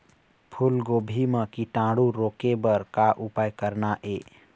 फूलगोभी म कीटाणु रोके बर का उपाय करना ये?